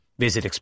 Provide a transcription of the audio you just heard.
Visit